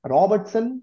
Robertson